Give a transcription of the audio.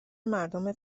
مردم